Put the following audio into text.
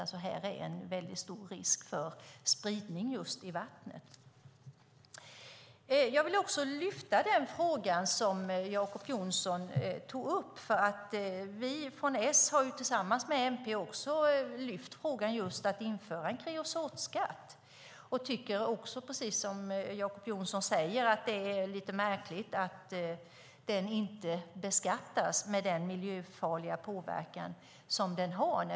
Det finns en väldigt stor risk för spridning i vattnet. Jag vill också lyfta upp den fråga som Jacob Johnson tog upp. Vi i S har, tillsammans med MP, lyft upp frågan att införa en kreosotskatt. Vi tycker, precis som Jacob Johnson, att det är lite märkligt att kreosot inte beskattas eftersom det har en så miljöfarlig påverkan.